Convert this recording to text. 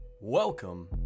welcome